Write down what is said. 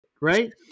right